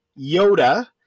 Yoda